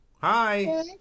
Hi